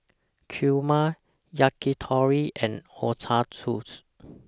Kheema Yakitori and Ochazuke